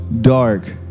dark